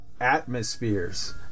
atmospheres